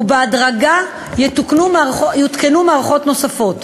ובהדרגה יותקנו מערכות נוספות,